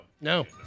No